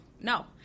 No